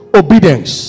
obedience